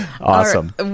Awesome